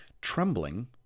trembling